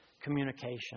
communication